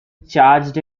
charged